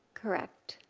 correct.